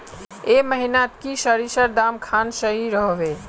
ए महीनात की सरिसर दाम खान सही रोहवे?